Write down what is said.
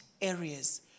areas